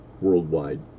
worldwide